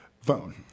Phone